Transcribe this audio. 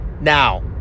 Now